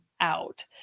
out